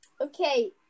Okay